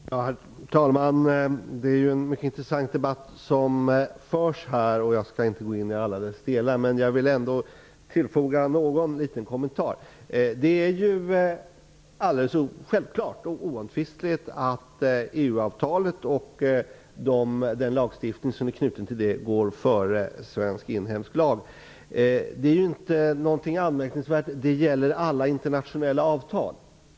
Herr talman! Det är en mycket intressant debatt som förs här. Jag skall inte gå in i alla dess delar. Jag vill tillfoga någon liten kommentar. Det är självklart och oomtvistligt att EU-avtalet och den lagstiftning som är knuten till det går före svensk inhemsk lag. Detta är inte anmärkningsvärt. Det gäller alla internationella avtal.